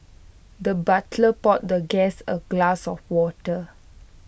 the butler poured the guest A glass of water